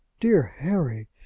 dear harry,